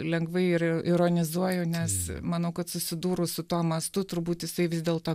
lengvai ir ironizuoju nes manau kad susidūrus su tuo mastu turbūt jisai vis dėlto